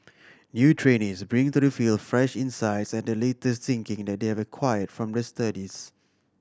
new trainees bring to the field fresh insights and the latest thinking that they have acquired from their studies